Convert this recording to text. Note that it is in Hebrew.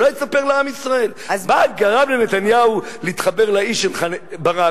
אולי תספר לעם ישראל מה גרם לנתניהו להתחבר לאיש שלך ברק,